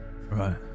Right